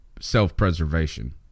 self-preservation